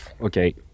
okay